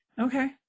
Okay